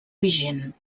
vigent